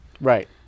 Right